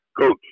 Coach